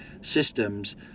systems